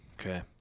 Okay